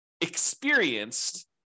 experienced